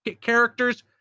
characters